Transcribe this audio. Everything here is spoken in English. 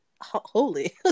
holy